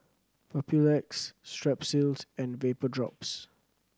Papulex Strepsils and Vapodrops